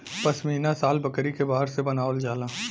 पश्मीना शाल बकरी के बार से बनावल जाला